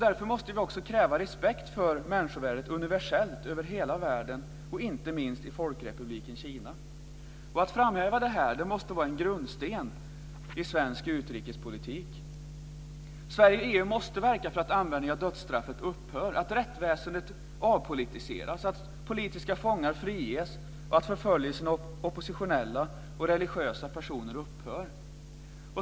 Därför måste vi också kräva respekt för människovärdet universellt över hela världen, och inte minst i Folkrepubliken Kina. Att framhäva detta måste vara en grundsten i svensk utrikespolitik. Sverige och EU måste verka för att användningen av dödsstraffet upphör, att rättsväsendet avpolitiseras, att politiska fångar friges och att förföljelse av oppositionella och religiösa personer upphör.